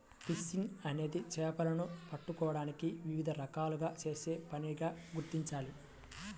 fishing అనేది చేపలను పట్టుకోవడానికి వివిధ రకాలుగా చేసే పనిగా గుర్తించాలి